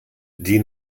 die